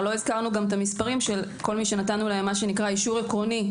לא הזכרנו את המספרים של כל מי שנתנו להם אישור עקרוני,